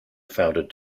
founded